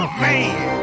man